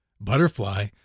Butterfly